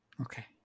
okay